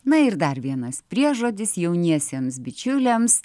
na ir dar vienas priežodis jauniesiems bičiuliams